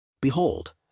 Behold